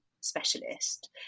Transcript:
specialist